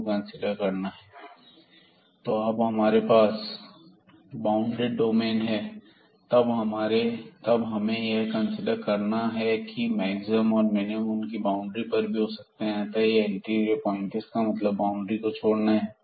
So when we have the bounded domain we have to consider because this maximum minimum may exist at the boundaries So this interior points so that means leaving the boundary now तो जब हमारे पास bounded domain है तब हमें यह consider करना है की मैक्सिमम और मिनिमम उनकी बाउंड्री पर भी हो सकते हैं अतः यह इंटीरियर पॉइंट है इसका मतलब है कि हमें बाउंड्री को छोड़ना है